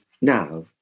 now